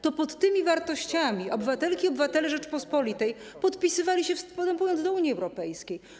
To pod tymi wartościami obywatelki i obywatele Rzeczypospolitej podpisywali się, wstępując do Unii Europejskiej.